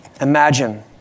imagine